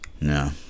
No